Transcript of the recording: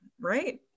right